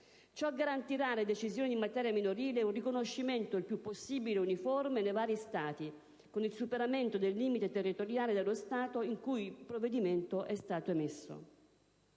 ciò garantirà alle decisioni in materia minorile un riconoscimento il più possibile uniforme nei vari Stati, con il superamento del limite territoriale dello Stato in cui il provvedimento è stato emesso.